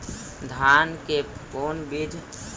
धान के कोन बिज लगईऐ कि पानी कम देवे पड़े?